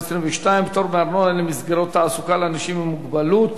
(מס' 22) (פטור מארנונה למסגרות תעסוקה לאנשים עם מוגבלות),